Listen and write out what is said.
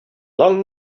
long